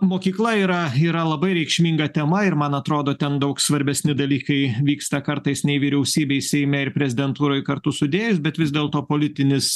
mokykla yra yra labai reikšminga tema ir man atrodo ten daug svarbesni dalykai vyksta kartais nei vyriausybėj seime ir prezidentūroj kartu sudėjus bet vis dėlto politinis